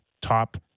top